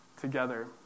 together